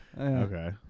Okay